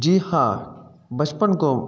जी हा बचपन खां